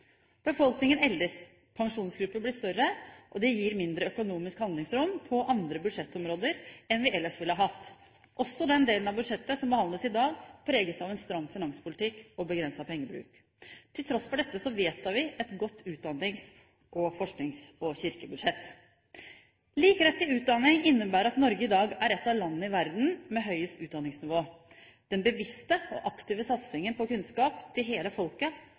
Befolkningen eldes, pensjonistgruppene blir større og det gir mindre økonomisk handlingsrom på andre budsjettområder enn vi ellers ville ha hatt. Også den delen av budsjettet som behandles i dag, preges av en stram finanspolitikk og begrenset pengebruk. Til tross for dette vedtar vi et godt utdannings-, forsknings- og kirkebudsjett. Lik rett til utdanning innebærer at Norge i dag er et av landene i verden med høyest utdanningsnivå. Den bevisste og aktive satsingen på kunnskap til hele folket